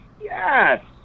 Yes